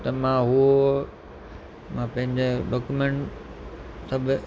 त मां उहो मां पंहिंजे डॉक्यूमेंट सभु